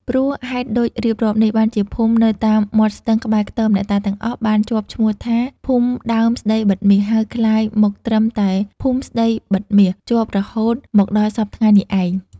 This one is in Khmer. ព្រោះហេតុដូចរៀបរាប់នេះ បានជាភូមិនៅតាមមាត់ស្ទឹង ក្បែរខ្ទមអ្នកតាទាំងអស់ បានជាប់ឈ្មោះថា "ភូមិដើមស្តីបិទមាស” ហៅក្លាយ មកត្រឹមតែ "ភូមិស្តីបិទមាស" ជាប់រហូតមកដល់សព្វថ្ងៃនេះឯង។